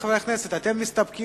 מי שמצביע